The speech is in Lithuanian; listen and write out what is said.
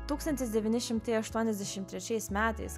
tūkstantis devyni šimtai aštuoniasdešim trečiais metais